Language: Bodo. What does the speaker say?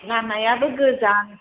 लामायाबो गोजान